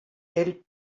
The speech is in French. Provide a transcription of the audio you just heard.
elle